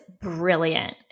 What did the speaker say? brilliant